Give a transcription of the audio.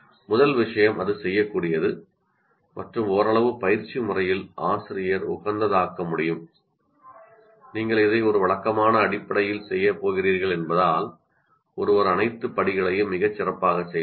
முதல் விஷயம் இது செய்யக்கூடியது மற்றும் ஓரளவு நடைமுறையில் ஆசிரியர் உகந்ததாக்க முடியும் நீங்கள் இதை ஒரு வழக்கமான அடிப்படையில் செய்யப் போகிறீர்கள் என்பதால் ஒருவர் அனைத்து படிகளையும் மிகச் சிறப்பாக மாஸ்டர் செய்யலாம்